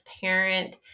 parent